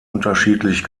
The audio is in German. unterschiedlich